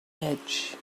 edge